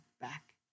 back